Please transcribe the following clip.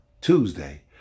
Tuesday